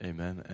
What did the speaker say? Amen